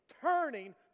turning